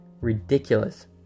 ridiculous